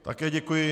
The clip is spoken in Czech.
Také děkuji.